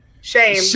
shame